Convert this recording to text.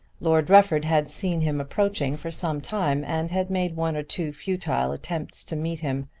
lord rufford had seen him approaching for some time, and had made one or two futile attempts to meet him.